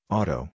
Auto